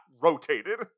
rotated